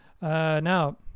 Now